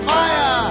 Maya